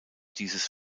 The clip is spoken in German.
dieses